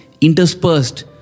interspersed